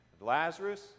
Lazarus